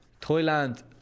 thailand